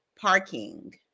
parking